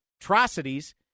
atrocities